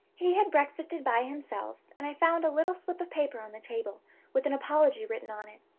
he had breakfasted by himself, and i found a little slip of paper on the table with an apology written on it.